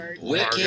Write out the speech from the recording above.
Wicked